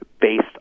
based